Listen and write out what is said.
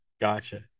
Gotcha